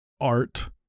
Art